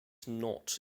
knot